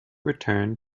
returned